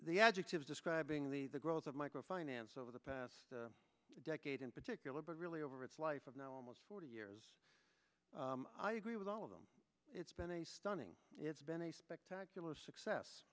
the adjective describing the the growth of micro finance over the past decade in particular but really over its life of now almost forty years i agree with all of them it's been a stunning it's been a spectacular success